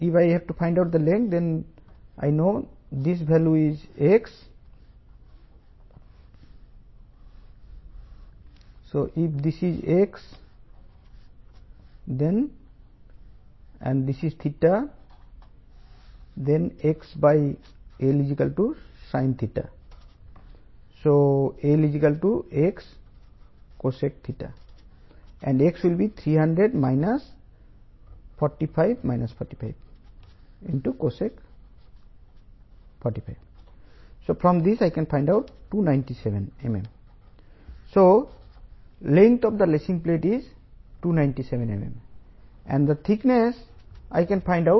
2 IS 800 2007 3 ×2060 mm lacing flat యొక్క పొడవు 300−45−45 cosec 45° 297 mm lacing flat యొక్క కనిష్ట మందం 160×297 4